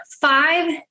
five